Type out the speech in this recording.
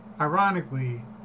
Ironically